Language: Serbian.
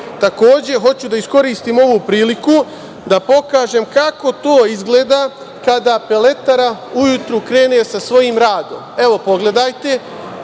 govori. Takođe, hoću da iskoristim ovu priliku da pokažem kako to izgleda kada peletara ujutru krene sa svojim radom. Evo, pogledajte.